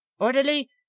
Orderly